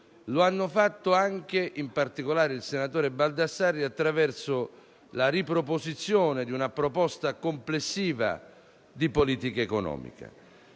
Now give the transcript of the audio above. lo hanno fatto anche - in particolare il senatore Baldassarri - attraverso la riproposizione di una proposta complessiva di politica economica.